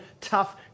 tough